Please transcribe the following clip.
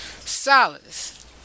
Solace